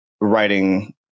writing